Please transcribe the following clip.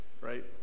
Right